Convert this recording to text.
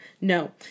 No